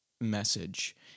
message